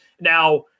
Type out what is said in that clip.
Now –